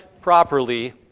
properly